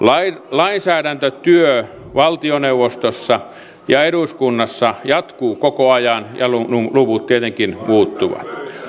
lainsäädäntötyö valtioneuvostossa ja eduskunnassa jatkuu koko ajan ja luvut tietenkin muuttuvat